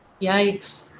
yikes